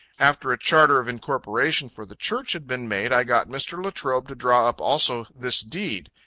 after a charter of incorporation for the church had been made, i got mr. latrobe to draw up also this deed,